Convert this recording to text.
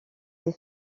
des